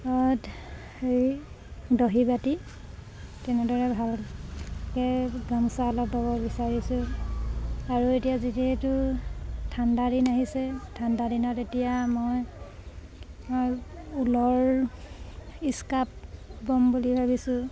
হেৰি দহি বাতি তেনেদৰে ভালকে গামোচা অলপ বব বিচাৰিছোঁ আৰু এতিয়া যিহেতু ঠাণ্ডা দিন আহিছে ঠাণ্ডা দিনত এতিয়া মই ঊলৰ ইস্কাপ বম বুলি ভাবিছোঁ